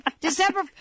December